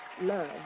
love